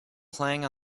playing